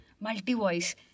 multi-voice